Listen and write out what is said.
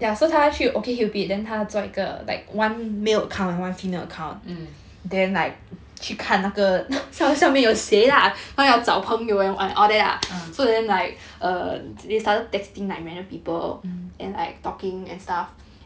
mm